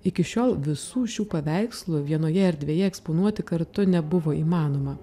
iki šiol visų šių paveikslų vienoje erdvėje eksponuoti kartu nebuvo įmanoma